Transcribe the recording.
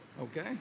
Okay